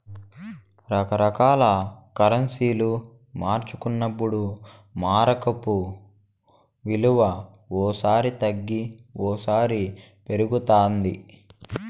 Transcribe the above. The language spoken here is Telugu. రకరకాల కరెన్సీలు మార్చుకున్నప్పుడు మారకపు విలువ ఓ సారి తగ్గి ఓసారి పెరుగుతాది